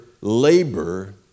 labor